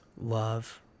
Love